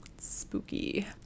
spooky